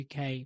UK